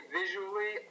visually